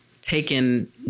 taken